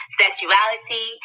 sexuality